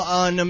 on